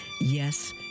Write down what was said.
yes